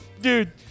Dude